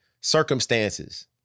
circumstances